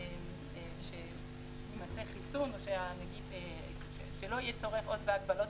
אם יימצא חיסון או לא יהיה צורך בהגבלות